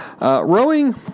Rowing